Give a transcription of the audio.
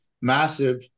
massive